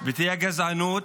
ותהיה גזענות,